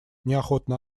неохотно